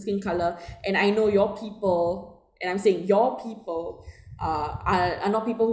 same colour and I know your people and I'm saying your people uh are not people